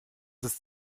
ist